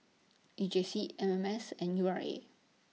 E J C M M S and U R A